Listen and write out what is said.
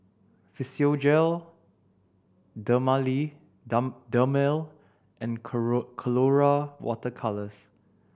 Physiogel Dermale and Colora Water Colours